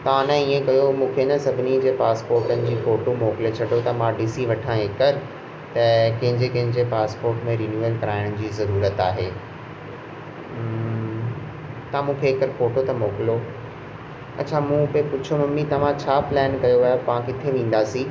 तव्हां न हीअं कयो मूंखे न सभिनी जे पासपोर्टनि जी फोटो मोकिले छॾियो त मां ॾिसी वठां हिकु त त कंहिंजे कंहिंजे पासपोट में रिन्यूल कराइण जी ज़रूरत आहे त मूंखे हिकु फोटो त मोकिलियो अछा मूं त पुछो मम्मी तव्हां छा प्लैन कयो आहे पाण किथे वींदासी